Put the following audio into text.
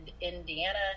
Indiana